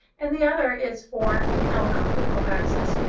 and the other is for ah um equal access.